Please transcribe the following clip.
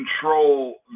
control